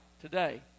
today